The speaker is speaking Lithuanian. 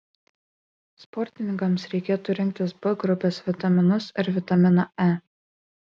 sportininkams reikėtų rinktis b grupės vitaminus ir vitaminą e